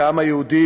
כעם היהודי,